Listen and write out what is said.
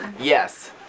Yes